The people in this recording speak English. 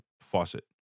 faucet